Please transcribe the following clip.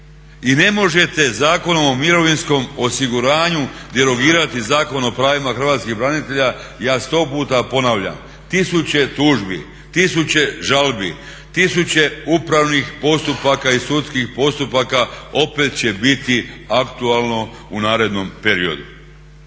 I ne možete Zakonom o mirovinskom osiguranju derogirati Zakon o pravima Hrvatskih branitelja. Ja sto puta ponavljam, tisuće tužbi, tisuće žalbi, tisuće upravnih postupaka i sudskih postupaka opet će biti aktualno u narednom periodu.